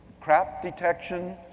crap detection,